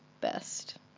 best